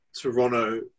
Toronto